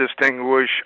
distinguish